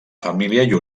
família